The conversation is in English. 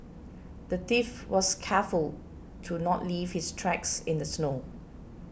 the thief was careful to not leave his tracks in the snow